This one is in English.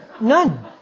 None